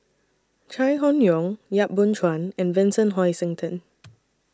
Chai Hon Yoong Yap Boon Chuan and Vincent Hoisington